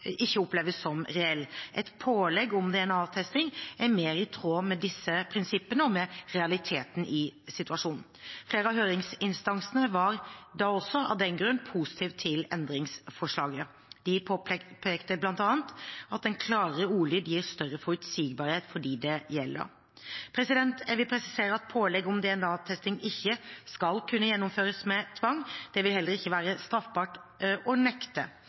oppleves som reell. Et pålegg om DNA-testing er mer i tråd med disse prinsippene og med realiteten i situasjonen. Flere av høringsinstansene var av den grunn positive til endringsforslaget. De påpekte bl.a. at en klarere ordlyd gir større forutsigbarhet for dem det gjelder. Jeg vil presisere at pålegg om DNA-testing ikke skal kunne gjennomføres med tvang. Det vil heller ikke være straffbart å nekte.